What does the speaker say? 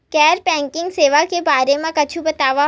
गैर बैंकिंग सेवा के बारे म कुछु बतावव?